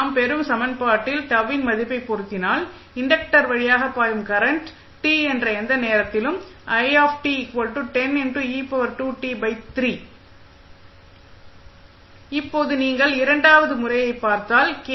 நாம் பெறும் சமன்பாட்டில் τ வின் மதிப்பை பொருத்தினால் இன்டக்டர் வழியாக பாயும் கரண்ட் t என்ற எந்த நேரத்திலும் இப்போது நீங்கள் இரண்டாவது முறையைப் பார்த்தால் கே